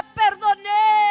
perdoné